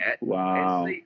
Wow